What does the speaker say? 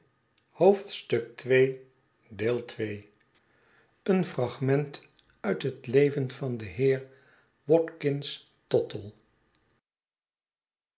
een fragment uit bet leven van den heer watkins tottle